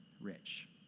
rich